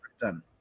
done